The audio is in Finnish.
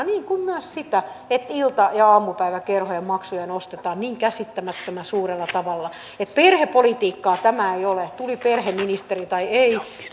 niin kuin myös sitä että ilta ja aamupäiväkerhojen maksuja nostetaan niin käsittämättömän suurella tavalla perhepolitiikkaa tämä ei ole tuli perheministeri tai ei